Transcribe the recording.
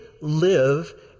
live